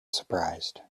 surprised